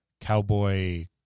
cowboy